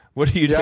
what are you